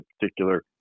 particular